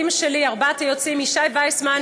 לארבעת היועצים שלי: ישי ויסמן,